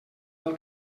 del